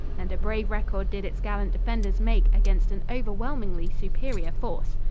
and a brave record did its gallant defenders make against an overwhelmingly superior force.